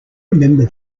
remember